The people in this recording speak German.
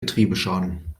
getriebeschaden